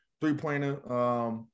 three-pointer